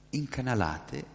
incanalate